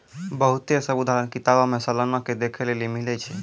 बहुते सभ उदाहरण किताबो मे सलाना के देखै लेली मिलै छै